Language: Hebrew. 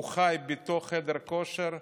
הוא חי בתוך חדר הכושר.